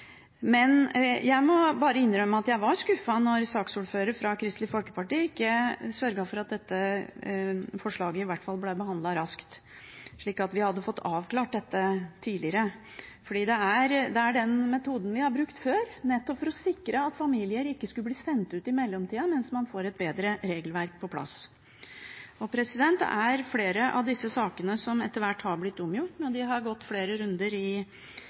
Men jeg må bare innrømme at jeg var skuffet da saksordfører fra Kristelig Folkeparti ikke sørget for at dette forslaget i hvert fall ble behandlet raskt, slik at vi hadde fått avklart dette tidligere, for det er den metoden vi har brukt før – nettopp for å sikre at familier ikke skulle bli sendt ut i mellomtida, mens man får et bedre regelverk på plass. Det er flere av disse sakene som etter hvert har blitt omgjort, når de har gått flere runder i